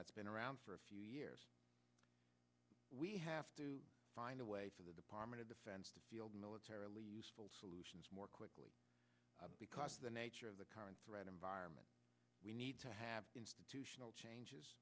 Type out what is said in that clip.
that's been around for a few years we have to find a way for the department of defense to militarily useful solutions more quickly because the nature of the current threat environment we need to have institutional changes